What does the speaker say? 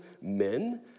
men